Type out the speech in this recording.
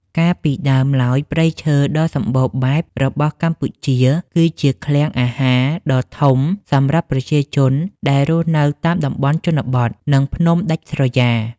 កាលពីដើមឡើយ ព្រៃឈើដ៏សំបូរបែបរបស់កម្ពុជាគឺជា "ឃ្លាំងអាហារ" ដ៏ធំសម្រាប់ប្រជាជនដែលរស់នៅតាមតំបន់ជនបទ និងភ្នំដាច់ស្រយាល។